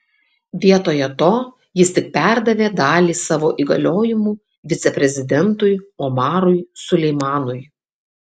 vietoje to jis tik perdavė dalį savo įgaliojimų viceprezidentui omarui suleimanui